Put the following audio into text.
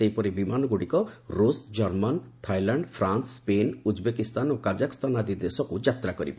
ସେହିସବୁ ବିମାନଗୁଡ଼ିକ ରୁଷ ଜର୍ମାନୀ ଥାଇଲାଣ୍ଡ ଫ୍ରାନ୍ସ ସ୍କେନ୍ ଉଜ୍ବେକିସ୍ତାନ ଓ କାଜାଖସ୍ତାନ ଆଦି ଦେଶକୁ ଯାତ୍ରା କରିବ